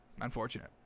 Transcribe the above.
unfortunate